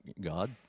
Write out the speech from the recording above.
God